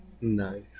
Nice